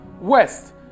west